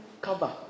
cover